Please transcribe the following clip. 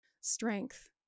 strength